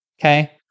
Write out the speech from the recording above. okay